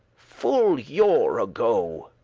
full yore ago.